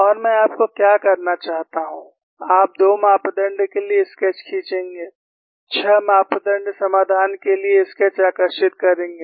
और मैं आपको क्या करना चाहता हूं आप दो मापदण्ड के लिए स्केच खींचेंगे 6 मापदण्ड समाधान के लिए स्केच आकर्षित करेंगे